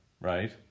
right